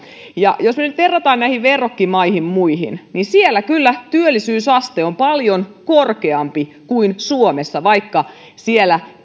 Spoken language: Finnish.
ja jos me nyt vertaamme näihin verrokkimaihin niin siellä kyllä työllisyysaste on paljon korkeampi kuin suomessa vaikka siellä